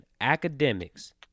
academics